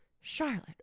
Charlotte